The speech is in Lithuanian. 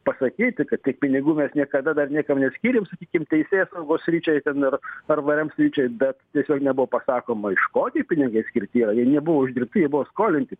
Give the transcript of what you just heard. pasakyti kad tiek pinigų mes niekada dar niekam neskyrėm sakykim teisėsaugos sričiai ten ir ar vrm skaičiai bet tiesiog nebuvo pasakoma iš ko tie pinigai skirti yra jie nebuvo uždirbti jie buvo skolinti